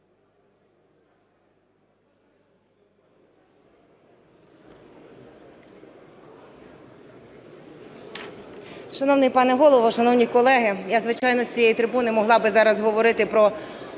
Шановний пане Голово, шановні колеги, я, звичайно, з цієї трибуни могла би зараз говорити про